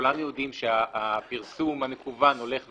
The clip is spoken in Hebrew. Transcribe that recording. כולנו יודעים שהפרסום המקוון הולך ועולה,